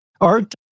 art